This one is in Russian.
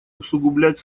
усугублять